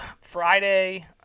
Friday